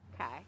Okay